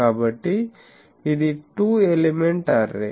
కాబట్టి ఇది two element array